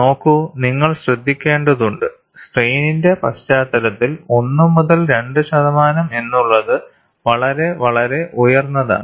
നോക്കൂ നിങ്ങൾ ശ്രദ്ധിക്കേണ്ടതുണ്ട് സ്ട്രെയിന്റെ പശ്ചാത്തലത്തിൽ 1 മുതൽ 2 ശതമാനം എന്നുള്ളത് വളരെ വളരെ ഉയർന്നതാണ്